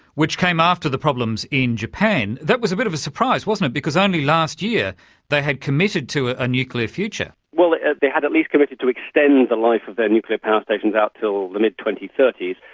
which came after the problems in japan, that was a bit of a surprise, wasn't it, because only last year they had committed to a nuclear future. well they had at least committed to extend the life of their nuclear power stations out till the mid twenty thirty s.